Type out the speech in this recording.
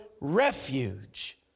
refuge